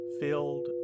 filled